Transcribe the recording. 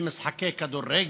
חברי חבר הכנסת חמד עמאר,